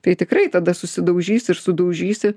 tai tikrai tada susidaužys ir sudaužysi